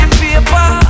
paper